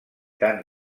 tan